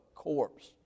corpse